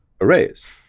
arrays